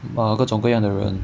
err 各种各样的人